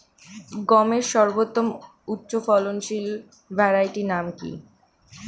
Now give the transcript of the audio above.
গমের সর্বোত্তম উচ্চফলনশীল ভ্যারাইটি নাম কি?